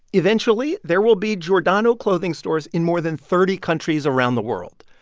eventually, there will be giordano clothing stores in more than thirty countries around the world.